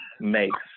makes